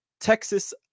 Texas